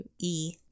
E-